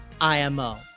IMO